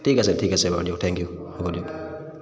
ঠিক আছে ঠিক আছে বাৰু দিয়ক থেংক ইউ হ'ব দিয়ক